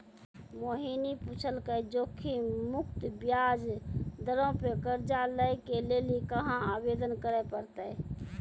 मोहिनी पुछलकै जोखिम मुक्त ब्याज दरो पे कर्जा लै के लेली कहाँ आवेदन करे पड़तै?